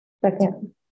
Second